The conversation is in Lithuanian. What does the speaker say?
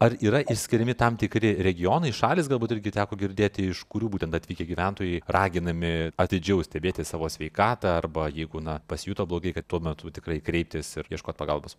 ar yra išskiriami tam tikri regionai šalys galbūt irgi teko girdėti iš kurių būtent atvykę gyventojai raginami atidžiau stebėti savo sveikatą arba jeigu na pasijuto blogai kad tuo metu tikrai kreiptis ir ieškot pagalbos